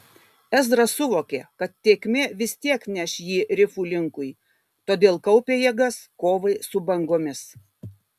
ezra suvokė kad tėkmė vis tiek neš jį rifų linkui todėl kaupė jėgas kovai su bangomis